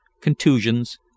contusions